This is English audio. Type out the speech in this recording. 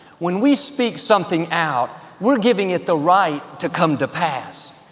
when we speak something out, we're giving it the right to come to pass.